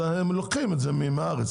אז הם לוקחים את זה מהארץ,